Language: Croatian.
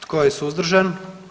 Tko je suzdržan?